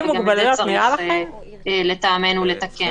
שגם את זה צריך לטעמנו לתקן.